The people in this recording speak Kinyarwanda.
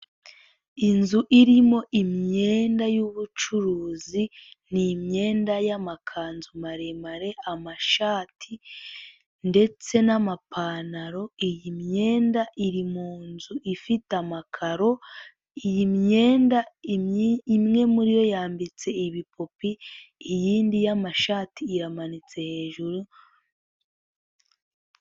Inzu irimo imyenda y'ubucuruzi, ni immyenda y'amakanzu maremare, amashati ndetse n'amapantaro, iyi myenda iri mun nzu ifite amakaro, iyi myenda imwe muri yo yambitse ibipupe, iyindi yaamashati iramanitse hejuru.